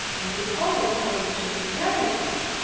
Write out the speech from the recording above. and we always tell each other everything.